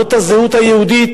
זאת הזהות היהודית,